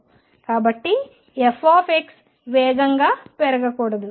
కాబట్టి f వేగంగా పెరగకూడదు